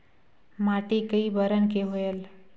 माटी कई बरन के होयल?